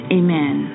amen